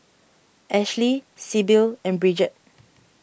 Ashley Sibyl and Bridgette